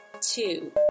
two